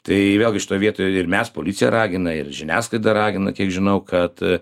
tai vėlgi šitoj vietoj ir mes policija ragina ir žiniasklaida ragina kiek žinau kad